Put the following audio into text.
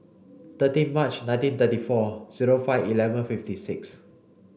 thirteen March nineteen thirty four zero five eleven fifty six